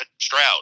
Stroud